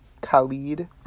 Khalid